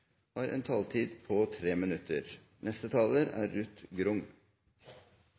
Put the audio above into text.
har en taletid på 3 minutter.